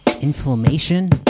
inflammation